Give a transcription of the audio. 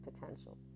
potential